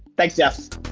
thanks, jeff.